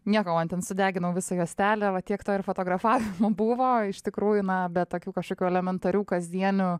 nieko man ten sudeginau visą juostelę va tiek to ir fotografavimo buvo iš tikrųjų na bet tokių kažkokių elementarių kasdienių